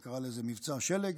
היא קראה לזה מבצע של"ג.